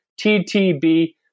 TTB